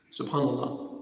SubhanAllah